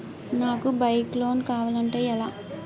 నాకు bike loan కావాలంటే ఎలా తీసుకోవాలి?